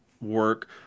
work